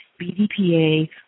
BDPA